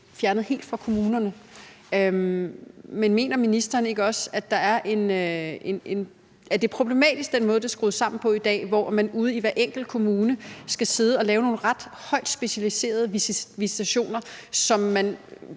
fjernet helt fra kommunerne. Men mener ministeren ikke også, at det er problematisk med den måde, det er skruet sammen på i dag, hvor man ude i hver enkelt kommune skal sidde og lave nogle højt specialiserede visitationer, som man